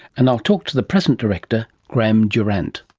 and i'll talk to the present director, graham durant.